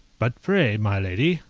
but pray, my lady,